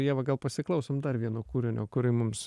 ieva gal pasiklausom dar vieno kūrinio kurį mums